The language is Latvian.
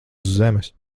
zemes